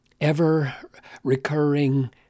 ever-recurring